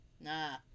Nah